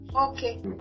Okay